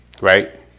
Right